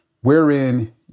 wherein